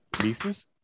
pieces